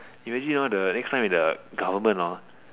imagine hor the next time the government hor